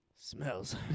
smells